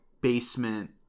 basement